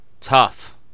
tough